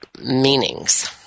meanings